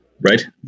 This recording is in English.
Right